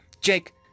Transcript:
Jake